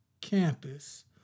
campus